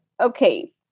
Okay